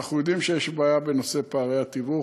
אנחנו יודעים שיש בעיה בנושא פערי התיווך,